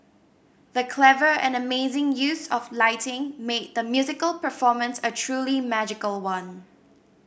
the clever and amazing use of lighting made the musical performance a truly magical one